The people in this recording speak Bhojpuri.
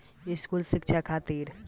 स्कूली शिक्षा खातिर लोन कैसे मिली?